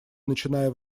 начиная